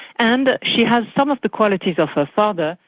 and she has some of the qualities of her father.